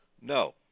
No